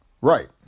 Right